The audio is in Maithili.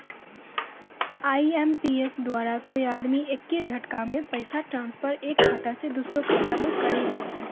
आई.एम.पी.एस द्वारा कोय आदमी एक्के झटकामे पैसा ट्रांसफर एक खाता से दुसरो खाता मे करी दै छै